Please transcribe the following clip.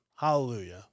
hallelujah